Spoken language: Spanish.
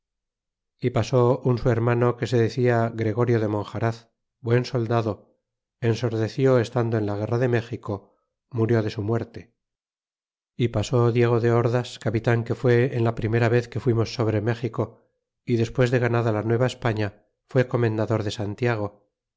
y só un su hermano que se decia gregorio pade monjaraz buen soldado ensordeció estando en la guerra de méxico murió de su muerte y pasó diego de ordas capitan que fue en la primera vez que fuimos sobre méxico y despues ganada la nueva españa fué comendador de santiago